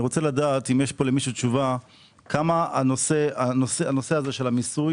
אני רוצה לדעת כמה הנושא הזה של המיסוי